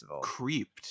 creeped